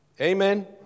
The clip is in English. Amen